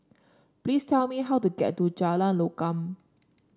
please tell me how to get to Jalan Lokam